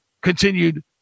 continued